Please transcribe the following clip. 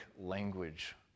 language